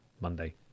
monday